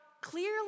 clearly